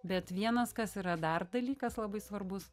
bet vienas kas yra dar dalykas labai svarbus